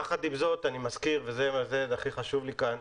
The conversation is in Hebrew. יחד עם זאת, אני מזכיר וזה הכי חשוב לי כאן.